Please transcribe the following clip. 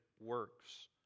works